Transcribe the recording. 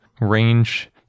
range